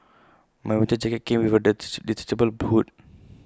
my winter jacket came with A detachable hood